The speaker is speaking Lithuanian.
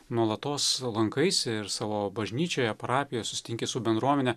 nuolatos lankaisi ir savo bažnyčioje parapijoje susitinki su bendruomene